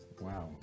Wow